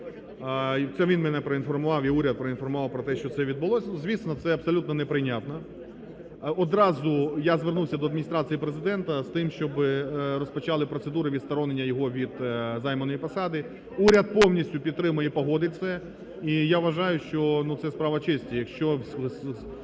це він мене проінформував і уряд проінформував про те, що це відбулося. Звісно, це абсолютно не прийнятно. Одразу я звернувся до Адміністрації Президента з тим, щоб розпочали процедури відсторонення його від займаної посади, уряд повністю підтримує і погодить це. І, я вважаю, що це справа честі,